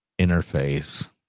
interface